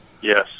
Yes